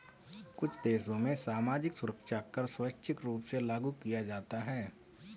कुछ देशों में सामाजिक सुरक्षा कर स्वैच्छिक रूप से लागू किया जाता है